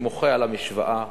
אני מוחה על המשוואה.